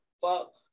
fuck